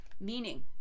meaning